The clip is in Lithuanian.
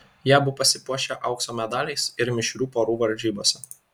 jie abu pasipuošė aukso medaliais ir mišrių porų varžybose